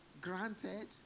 granted